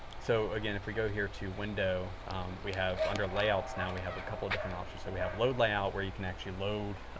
so again, if we go here to window we have under layouts now we have a couple of different options. so, we have load layout where you can actually load